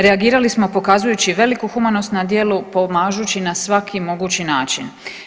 Reagirali smo pokazujući veliku humanost na djelu pomažući na svaki mogući način.